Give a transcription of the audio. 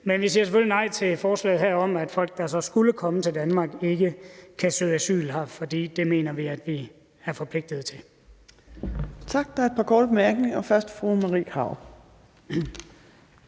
Men vi siger selvfølgelig nej til forslaget her om, at folk, der så skulle komme til Danmark, ikke kan søge asyl her, for det mener vi at man er forpligtet til. Kl. 15:21 Fjerde næstformand (Trine Torp): Tak.